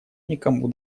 никому